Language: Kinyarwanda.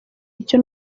icyo